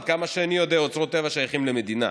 עד כמה שאני יודע אוצרות הטבע שייכים למדינה.